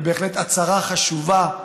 זו בהחלט הצהרה חשובה,